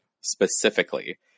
specifically